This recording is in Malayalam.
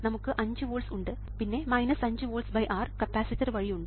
നമുക്ക് 5 വോൾട്സ് ഉണ്ട് പിന്നെ 5 വോൾട്സ് R കപ്പാസിറ്റർ വഴി ഉണ്ട്